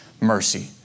mercy